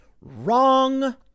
Wrong